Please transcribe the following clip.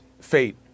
fate